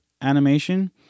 animation